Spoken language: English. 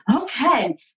okay